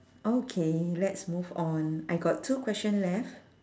okay let's move on I got two question left